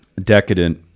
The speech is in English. decadent